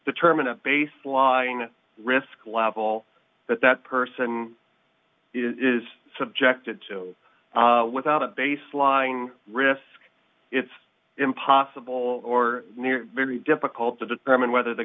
determine a baseline risk level that that person is subjected to without a baseline risk it's impossible or near very difficult to determine whether the